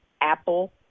Apple